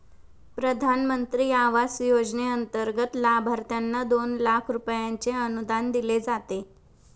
प्रधानमंत्री आवास योजनेंतर्गत लाभार्थ्यांना दोन लाख रुपयांचे अनुदान दिले जाते